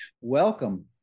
welcome